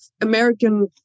American